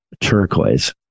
turquoise